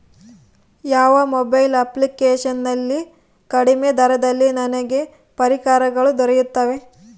ಯಾವ mobile application ನಲ್ಲಿ ಕಡಿಮೆ ದರದಲ್ಲಿ ನನಗೆ ಪರಿಕರಗಳು ದೊರೆಯುತ್ತವೆ?